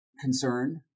concerned